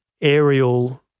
aerial